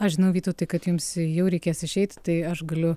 aš žinau vytautai kad jums jau reikės išeiti tai aš galiu